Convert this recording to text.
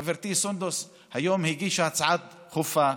חברתי סונדוס היום הגישה הצעה דחופה,